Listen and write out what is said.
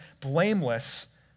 blameless